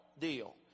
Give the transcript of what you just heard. deal